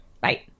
Bye